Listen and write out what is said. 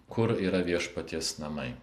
kur yra viešpaties namai